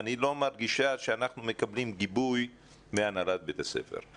אני לא מרגישה שאנחנו מקבלים גיבוי מהנהלת בית הספר.